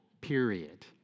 period